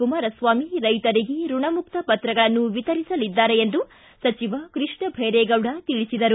ಕುಮಾರಸ್ವಾಮಿ ರೈತರಿಗೆ ಋಣಮುಕ್ತ ಪತ್ರಗಳನ್ನು ವಿತರಿಸಲಿದ್ದಾರೆ ಎಂದು ಸಚಿವ ಕೃಷ್ಣಭೈರೇಗೌಡ ತಿಳಿಸಿದರು